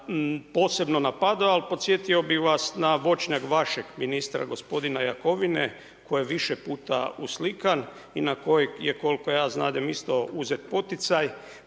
posebno napadao. Ali podsjetio bih vas na voćnjak vašeg ministra gospodina Jakovine koji je više puta uslikan i na koji je koliko ja znadem isto uzet poticaj,